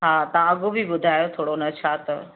हा तव्हां अघु बि ॿुधायो थोरो हुनजो छा अथव